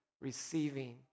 receiving